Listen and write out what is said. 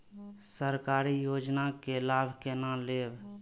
सरकारी योजना के लाभ केना लेब?